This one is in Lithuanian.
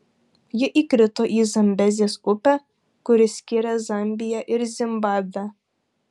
ji įkrito į zambezės upę kuri skiria zambiją ir zimbabvę